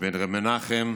ר' מנחם,